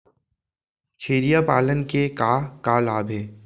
छेरिया पालन के का का लाभ हे?